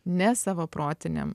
ne savo protiniam